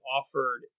offered